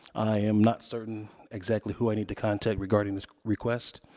i am not certain exactly who i need to contact regarding this request.